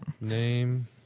Name